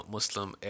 Muslim